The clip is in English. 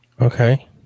Okay